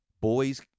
boys